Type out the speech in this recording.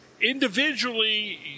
individually